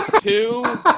two